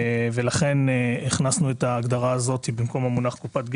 ולכן הכנסנו את ההגדרה הזאת במקום המונח קופת גמל,